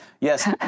Yes